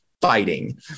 fighting